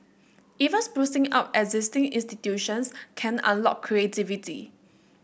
even sprucing up existing institutions can unlock creativity